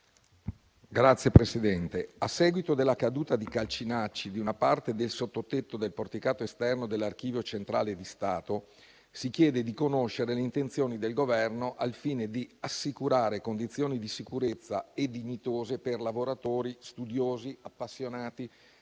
la cultura*. A seguito della caduta di calcinacci di una parte del sottotetto del porticato esterno dell'Archivio centrale di Stato, si chiede di conoscere l'intenzione del Governo al fine di assicurare condizioni di sicurezza e dignitose per lavoratori, studiosi, appassionati,